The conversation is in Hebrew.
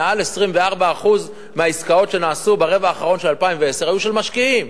מעל 24% מהעסקאות שנעשו ברבע האחרון של 2010 היו של משקיעים.